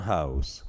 House